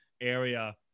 area